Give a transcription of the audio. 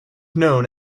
known